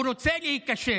הוא רוצה להיכשל,